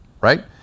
right